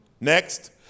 Next